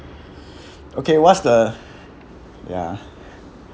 okay what's the ya